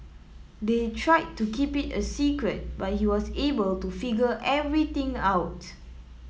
they tried to keep it a secret but he was able to figure everything out